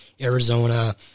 Arizona